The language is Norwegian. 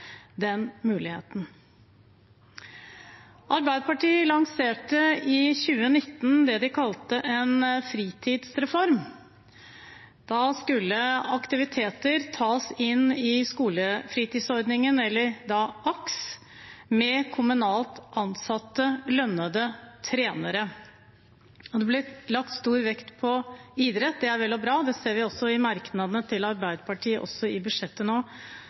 den muligheten. Arbeiderpartiet lanserte i 2019 det de kalte en fritidsreform. Da skulle aktiviteter tas inn i skolefritidsordningen – eller AKS – med kommunalt ansatte, lønnede trenere. Det ble lagt stor vekt på idrett, det er vel og bra. Vi ser også i merknadene til Arbeiderpartiet i budsjettet nå